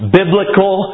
biblical